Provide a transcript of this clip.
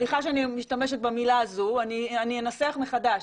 סליחה שאני משתמשת במילה הזו אני אנסח מחדש.